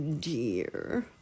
dear